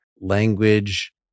Language